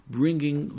bringing